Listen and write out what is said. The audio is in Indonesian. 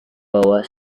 bahwa